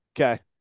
okay